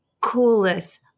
coolest